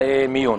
ובמיון.